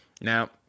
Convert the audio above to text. Now